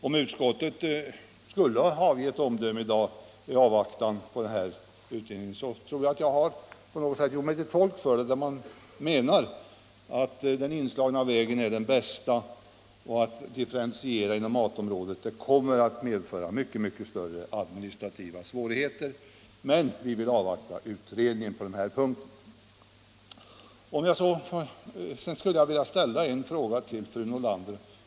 Om utskottet skulle avge ett omdöme i dag, så tror jag att jag har tolkat det rätt när jag säger att den inslagna vägen är den bästa och att en differentiering inom matområdet kommer att medföra mycket större administrativa svårigheter. Vi vill emellertid avvakta utredningen på den här punkten. Sedan skulle jag vilja ställa en fråga till fru Nordlander.